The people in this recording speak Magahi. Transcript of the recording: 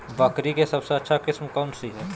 बकरी के सबसे अच्छा किस्म कौन सी है?